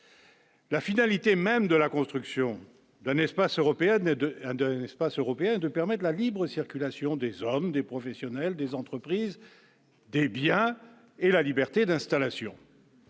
la finalité même de la construction d'un espace européen et d'un d'un espace européen de permettent la libre circulation des hommes, des professionnels des entreprises, des biens et la liberté d'installation.